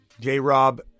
J-Rob